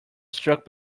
struck